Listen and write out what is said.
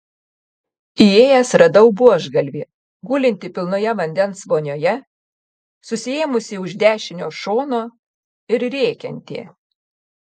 įėjęs radau buožgalvį gulintį pilnoje vandens vonioje susiėmusį už dešinio šono ir rėkiantį